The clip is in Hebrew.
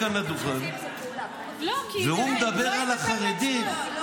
אבא שלו סידר לו עבודה ככתב, ובמקום לשלם לצה"ל על